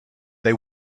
they